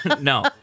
no